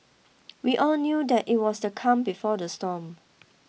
we all knew that it was the calm before the storm